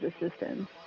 assistance